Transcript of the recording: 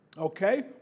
okay